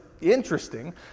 Interesting